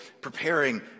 preparing